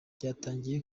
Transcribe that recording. ryatangiye